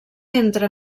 entre